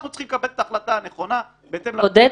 אנחנו צריכים לקבל את ההחלטה הנכונה בהתאם --- עודד,